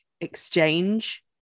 exchange